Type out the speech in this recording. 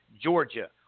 Georgia